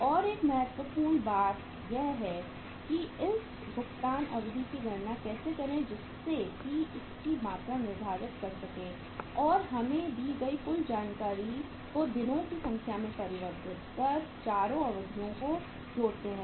एक और महत्वपूर्ण बिंदु यह भी है कि इस भुगतान अवधि की गणना कैसे करें जिससे कि इसकी मात्रा निर्धारित कर सकें और हमें दी गई कुल जानकारी को दिनों की संख्या में परिवर्तित कर चारों अवधिओं को जोड़ते हैं